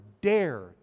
dare